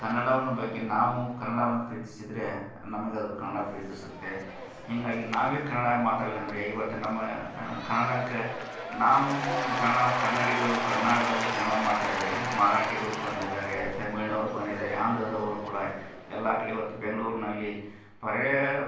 ಕನ್ನಡವನ್ನು ಬಗ್ಗೆ ನಾವು ಕನ್ನಡವನ್ನು ಪ್ರೀತಿಸಿದ್ದರೆ ನಮಗದು ಕನ್ನಡ ಪ್ರೀತಿಸುತ್ತೆ ಹೀಗಾಗಿ ನಾವೇ ಕನ್ನಡ ಮಾತಾಡ್ಲಿಲ್ಲಂದರೆ ಇವತ್ತು ನಮ್ಮ ಕನ್ನಡಕ್ಕೆ ನಾವು ಕನಡವ್ ಕನ್ನಡಿಗರು ಕನ್ನಡದಲ್ಲಿ ನ್ನಡ ಮಾರ್ತಾ ಇದ್ದರೆ ಮರಾಟಿಗರೂ ಬಂದಿದ್ದಾರೆ ತಮಿಳ್ನವರು ಬಂದಿದ್ದಾರೆ ಆಂಧ್ರದವರು ಕೂಡ ಎಲ್ಲಾ ಕಡೆ ಇವತ್ತು ಬೆಂಗ್ಳೂರಿನಲ್ಲಿ ಬರೇ